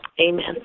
Amen